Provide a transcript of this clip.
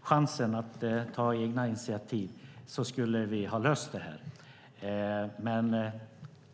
chansen att ta egna initiativ, skulle ha löst det här.